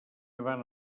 van